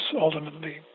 ultimately